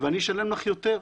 ואני אשלם לך יותר.